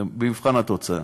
במבחן התוצאה.